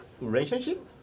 relationship